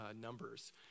Numbers